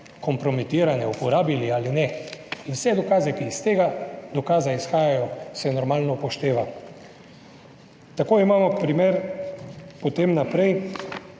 kompromitirane uporabili ali ne. In vse dokaze, ki iz tega dokaza izhajajo, se normalno upošteva. Tako imamo primer potem naprej